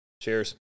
Cheers